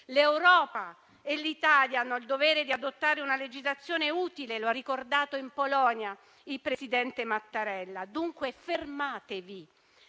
L'Europa e l'Italia hanno il dovere di adottare una legislazione utile, come ha ricordato in Polonia il presidente Mattarella. Fermatevi,